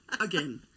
again